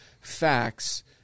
facts